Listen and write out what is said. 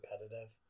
competitive